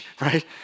right